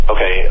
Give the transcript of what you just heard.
Okay